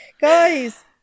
Guys